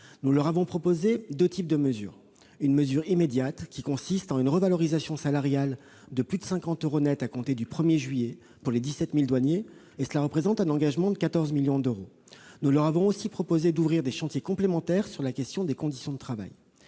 Nous leur avons proposé deux types de mesure. Une mesure immédiate consiste en une revalorisation salariale de plus de 50 euros nets à compter du 1 juillet prochain pour les 17 000 douaniers, ce qui représente un engagement de 14 millions d'euros. De plus, nous avons proposé aux douaniers d'ouvrir des chantiers complémentaires au sujet des conditions de travail.